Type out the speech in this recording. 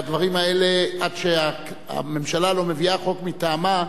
והדברים האלה, עד שהממשלה לא מביאה חוק מטעמה,